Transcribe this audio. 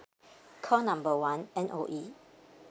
call number one M_O_E